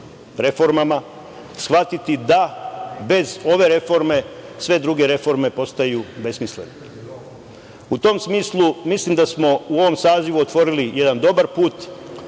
reformama, shvatiti da bez ove reforme sve druge reforme postaju besmislene.U tom smislu, mislim da smo u ovom sazivu otvorili jedan dobar put,